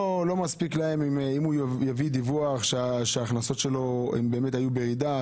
לא מספיק להם אם הוא יביא דיווח שההכנסות שלו באמת היו בירידה,